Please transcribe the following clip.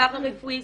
פרא-רפואי,